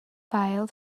file